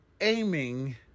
aiming